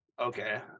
okay